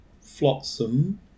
Flotsam